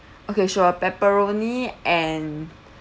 okay sure pepperoni and